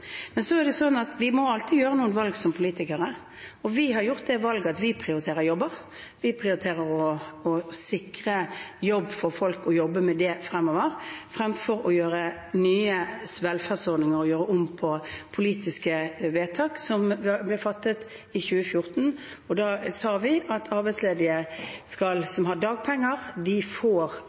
vi har gjort det valget at vi prioriterer jobber, og å sikre jobb til folk og å jobbe med det fremover, fremfor å komme med nye velferdsordninger og å gjøre om på politiske vedtak som ble fattet i 2014. Da sa vi at arbeidsledige som går på dagpenger, får dagpenger når de